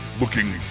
looking